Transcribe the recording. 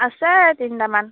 আছে তিনিটামান